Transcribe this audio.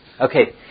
Okay